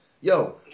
Yo